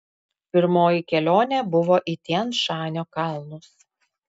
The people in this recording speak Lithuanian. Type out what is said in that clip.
pirmoji kelionė buvo į tian šanio kalnus